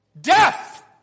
Death